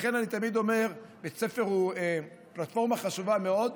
לכן אני תמיד אומר: בית ספר הוא פלטפורמה חשובה מאוד,